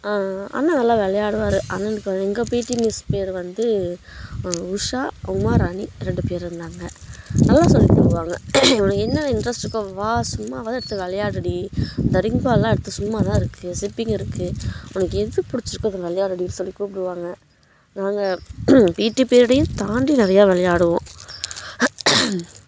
அண்ணா நல்லா விளையாடுவார் அண்ணனுக்கு எங்கள் பிடி மிஸ் பேர் வந்து உஷா உமாராணி ரெண்டு பேர் இருந்தாங்க நல்லா சொல்லிக் தருவாங்க உனக்கு என்ன இன்ட்ரெஸ்ட் இருக்கோ வா சும்மாவாது எடுத்து விளையாடுடி இந்த ரிங் பாலெலாம் எடுத்து சும்மா தான் இருக்குது ஸ்கிப்பிங் இருக்குது உனக்கு எது பிடிச்சிருக்கோ அது விளையாடுடி சொல்லி கூப்பிடுவாங்க நாங்கள் பிடி பீரியர்டையும் தாண்டி நிறையா விளையாடுவோம்